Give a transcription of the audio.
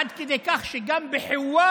עד כדי כך שגם בחווארה